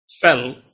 fell